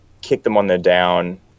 Kick-Them-On-The-Down